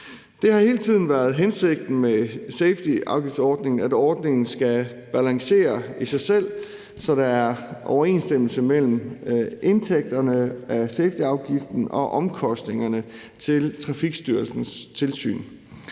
Det har hele tiden været hensigten med safetyafgiftsordningen, at ordningen skal balancere i sig selv, så der er overensstemmelse mellem indtægterne af safetyafgiften og omkostningerne til Trafikstyrelsens tilsyn.